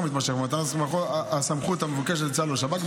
המתמשך במתן הסמכות המבוקשת לצה"ל ולשב"כ,